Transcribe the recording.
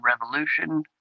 Revolution